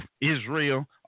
Israel